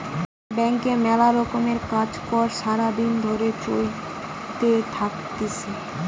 ব্যাংকে মেলা রকমের কাজ কর্ সারা দিন ধরে চলতে থাকতিছে